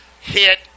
hit